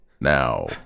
Now